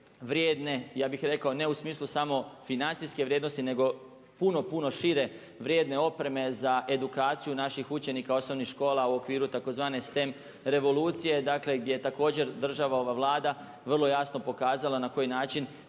vrijedne ja bih rekao ne u smislu samo financijske vrijednosti nego puno, puno šire vrijedne opreme za edukaciju naših učenika osnovnih škola u okviru tzv. STEM revolucije. Dakle, gdje je također država, ova Vlada vrlo jasno pokazala na koji način